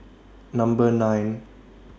Number nine